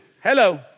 Hello